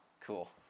Cool